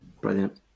brilliant